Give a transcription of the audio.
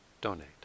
donate